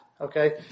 Okay